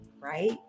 right